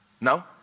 No